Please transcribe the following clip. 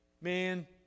man